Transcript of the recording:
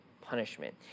punishment